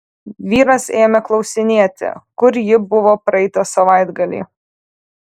vyras ėmė klausinėti kur ji buvo praeitą savaitgalį